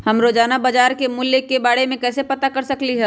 हम रोजाना बाजार के मूल्य के के बारे में कैसे पता कर सकली ह?